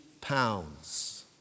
pounds